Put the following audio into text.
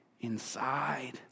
inside